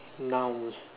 nouns